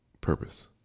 purpose